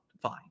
fine